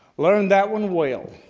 learn that one well.